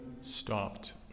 stopped